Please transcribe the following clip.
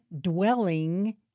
dwelling